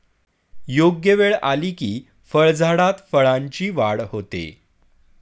योग्य वेळ आली की फळझाडात फळांची वाढ होते